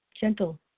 gentle